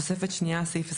תוספת שנייה (סעיף 26ד(ב))